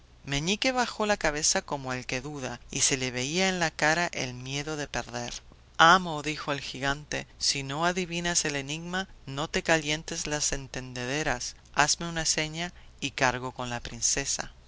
meñique bajó la cabeza como el que duda y se le veía en la cara el miedo de perder amo dijo el gigante si no adivinas el enigma no te calientes las entendederas hazme una seña y cargo con la princesa